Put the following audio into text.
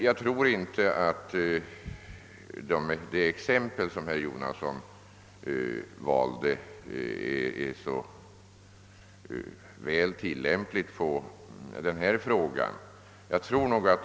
Jag tror inte att det exempel som herr Jonasson tog var så väl valt.